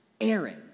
Aaron